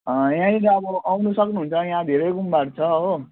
यहाँनिर अब आउनु सक्नुहुन्छ यहाँ धेरै गुम्बाहरू छ हो